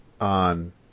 on